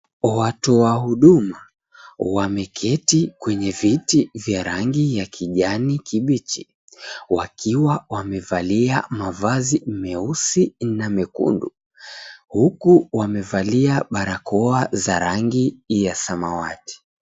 Watu wa huduma wameketi kwenye viti vya rangi ya kijani kibichi wakiwa wamevalia mavazi meusi na mekundu huku wamevalia barakoa za rangi ya samawati.